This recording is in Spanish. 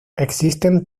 existen